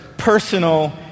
personal